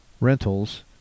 Rentals